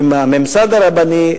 עם הממסד הרבני.